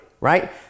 right